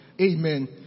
Amen